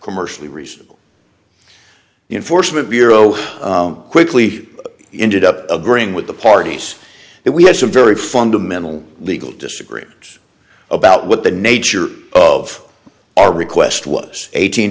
commercially reasonable enforcement bureau quickly indeed up agreeing with the parties that we had some very fundamental legal disagreements about what the nature of our request was eight